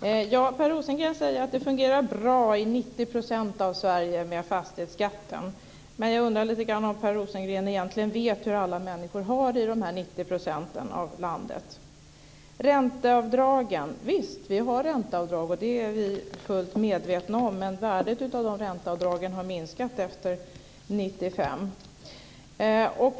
Per Rosengren säger att det fungerar bra i 90 % av Sverige med fastighetsskatten. Men jag undrar om Per Rosengren egentligen vet hur alla människor har det i dessa 90 % av landet. Ränteavdragen - visst har vi ränteavdrag, och det är vi fullt medvetna om, men värdet av dessa ränteavdrag har minskat efter 1995.